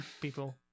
people